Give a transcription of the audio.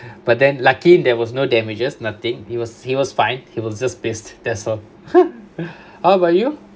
but then lucky there was no damages nothing he was he was fine he will just pissed that's all how about you